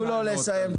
תנו לו לסיים את התשובה.